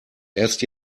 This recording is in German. erst